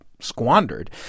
squandered